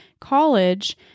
college